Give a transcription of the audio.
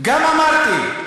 גם אמרתי.